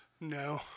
no